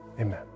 Amen